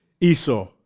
Esau